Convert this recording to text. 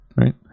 right